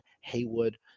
Haywood